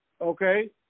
Okay